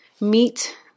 meet